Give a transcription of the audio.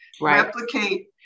replicate